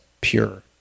pure